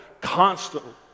constantly